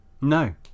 No